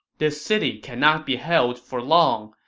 this city cannot be held for long.